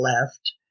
left